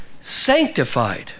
sanctified